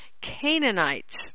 Canaanites